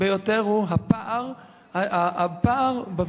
ביותר הוא הפער בוויכוח.